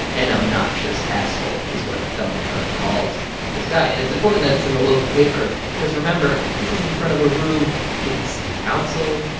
an obnoxious asshole is what donald trump called this guy. and it's important that's in the local paper because, remember, this is in front of a room with the city council,